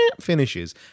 finishes